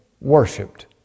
worshipped